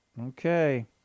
Okay